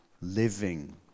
living